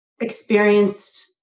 experienced